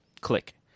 click